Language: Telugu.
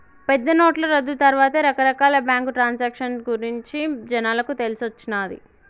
పెద్దనోట్ల రద్దు తర్వాతే రకరకాల బ్యేంకు ట్రాన్సాక్షన్ గురించి జనాలకు తెలిసొచ్చిన్నాది